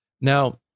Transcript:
Now